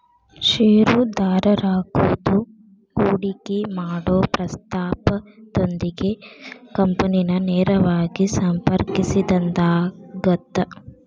ಷೇರುದಾರರಾಗೋದು ಹೂಡಿಕಿ ಮಾಡೊ ಪ್ರಸ್ತಾಪದೊಂದಿಗೆ ಕಂಪನಿನ ನೇರವಾಗಿ ಸಂಪರ್ಕಿಸಿದಂಗಾಗತ್ತ